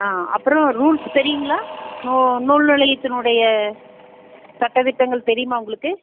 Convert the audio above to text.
ஆ அப்புறம் ரூல்ஸ் தெரியும்ங்ளா நூ நூல்நிலையத்தினுடைய சட்ட திட்டங்கள் தெரியுமா உங்களுக்கு